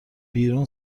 بیرون